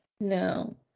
No